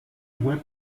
web